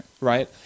Right